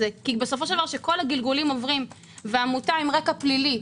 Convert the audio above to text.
בסופו של דבר כשעמותה עם רקע פלילי,